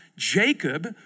Jacob